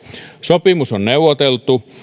sopimus on neuvoteltu